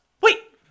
Wait